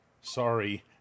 sorry